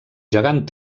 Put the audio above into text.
gegant